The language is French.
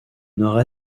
nord